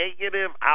negative